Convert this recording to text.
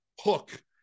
hook